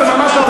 זה ממש לא.